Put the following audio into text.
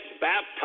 baptized